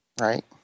Right